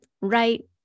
right